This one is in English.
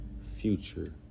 future